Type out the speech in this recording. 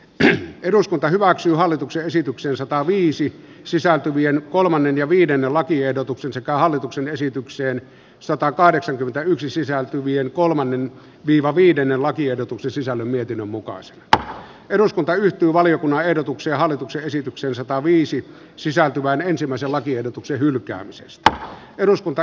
ne eduskunta hyväksyy hallituksen esityksen sataviisi sisältyviä kolmannen ja viiden alatiedotuksen sekä hallituksen esitykseen satakahdeksankymmentäyksi sisältyviä kolmannen viiva viiden lakiehdotuksen sisällön mietinnön mukaan se että eduskunta ryhtyy valiokunnan ehdotuksia hallituksen esityksen sataviisi sisältyvän tarkoitukseni oli painaa punaista